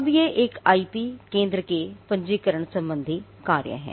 अब ये एक IP केंद्र के पंजीकरण संबंधी कार्य हैं